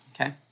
Okay